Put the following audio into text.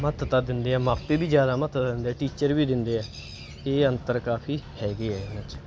ਮਹੱਤਤਾ ਦਿੰਦੇ ਆ ਮਾਪੇ ਵੀ ਜ਼ਿਆਦਾ ਮਹੱਤਤਾ ਦਿੰਦੇ ਆ ਟੀਚਰ ਵੀ ਦਿੰਦੇ ਆ ਇਹ ਅੰਤਰ ਕਾਫੀ ਹੈਗੇ ਆ ਇਹ 'ਚ